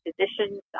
physicians